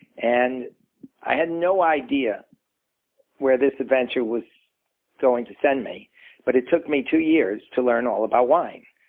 and i had no idea where this adventure was going to send me but it took me two years to learn all about wine.